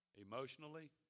Emotionally